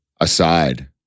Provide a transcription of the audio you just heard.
aside